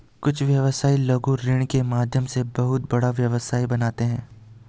कुछ व्यवसायी लघु ऋण के माध्यम से बहुत बड़ा व्यवसाय बनाते हैं